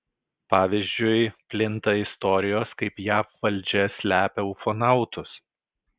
pavyzdžiui plinta istorijos kaip jav valdžia slepia ufonautus